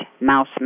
mouse